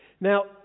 Now